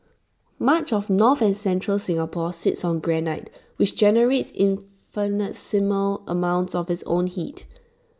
much of north and central Singapore sits on granite which generates infinitesimal amounts of its own heat